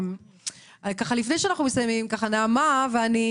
לפני שאנחנו מסיימים, אתמול נעמה ואני